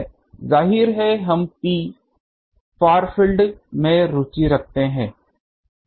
जाहिर है हम P फार फील्ड में रुचि रखते है